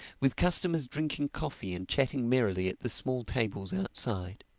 with customers drinking coffee and chatting merrily at the small tables outside.